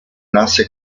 nasse